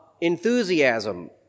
enthusiasm